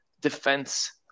defense